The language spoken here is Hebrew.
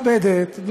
האופוזיציה מכבדת,